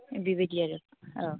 बेबायदि आरो औ